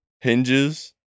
hinges